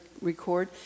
record